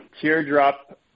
teardrop